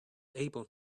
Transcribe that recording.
able